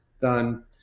done